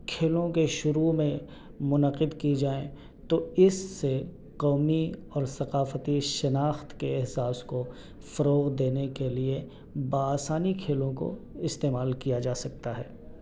کھیلوں کے شروع میں منعقد کی جائیں تو اس سے قومی اور ثقافتی شناخت کے احساس کو فروغ دینے کے لئے بآسانی کھیلوں کو استعمال کیا جا سکتا ہے